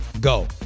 go